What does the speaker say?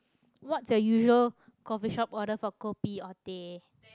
what's your usual coffeeshop order for kopi or teh